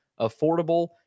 affordable